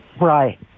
Right